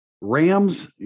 Rams